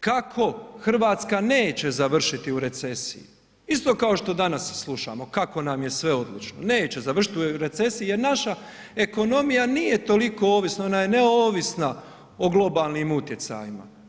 kako Hrvatska neće završiti u recesiji, isto kao što danas slušamo kako nam je sve odlično, neće završiti u recesiji jer naša ekonomija nije toliko ovisna, ona je neovisna o globalnim utjecajima.